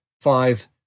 five